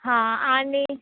हां आणि